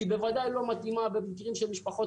הוא בוודאי לא מתאים במקרים של משפחות